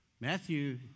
Matthew